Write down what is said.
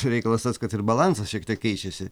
reikalas tas kad ir balansas šiek tiek keičiasi